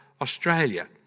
Australia